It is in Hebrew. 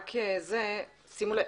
שימו לב,